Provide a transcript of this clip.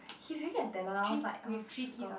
he's really a talemt I was like I was shooketh